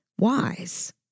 wise